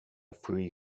free